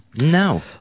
No